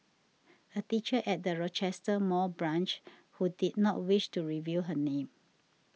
a teacher at the Rochester Mall branch who did not wish to reveal her name